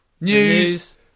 News